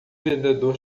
vendedor